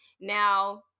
Now